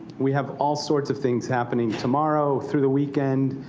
we have all sorts of things happening tomorrow, through the weekend,